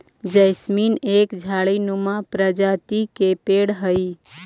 jasmine एक झाड़ी नुमा प्रजाति के पेड़ हई